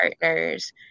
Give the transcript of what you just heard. partners